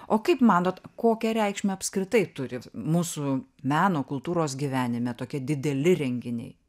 o kaip manot kokią reikšmę apskritai turi mūsų meno kultūros gyvenime tokie dideli renginiai